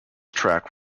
track